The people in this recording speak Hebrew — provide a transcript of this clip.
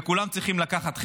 וכולם צריכים לקחת חלק,